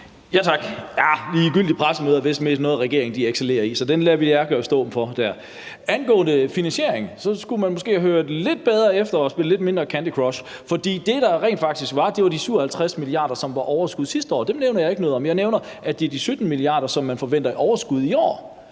Tak. Jah, ligegyldige pressemøder er vist mest noget, regeringen excellerer i, så dem lader vi jer stå for der. Angående finansieringen skulle man måske have hørt lidt bedre efter og spillet lidt mindre Candy Cross, for det, der rent faktisk var, var de 57 mia. kr., som var overskud sidste år. Dem nævner jeg ikke noget om. Jeg nævner, at det er de 17 mia. kr., som man forventer i overskud i år.